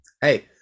Hey